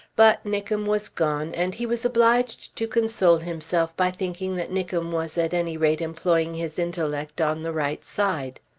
but nickem was gone, and he was obliged to console himself by thinking that nickem was at any rate employing his intellect on the right side.